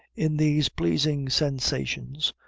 in these pleasing sensations,